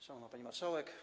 Szanowna Pani Marszałek!